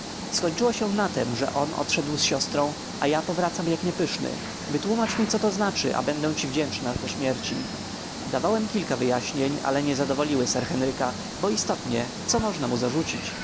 skończyło się na tem że on odszedł z siostrą a ja powracam jak niepyszny wytłómacz mi co to znaczy a będę ci wdzięczny do śmierci dawałem kilka wyjaśnień ale nie zadowoliły sir henryka bo istotnie co można mu zarzucić